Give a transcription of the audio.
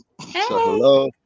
hello